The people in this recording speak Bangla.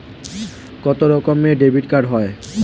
কত রকমের ডেবিটকার্ড হয়?